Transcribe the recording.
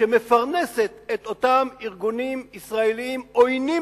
שמפרנסת את אותם ארגונים ישראליים שעוינים